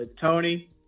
Tony